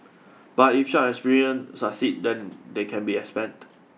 but if such succeed then they can be expanded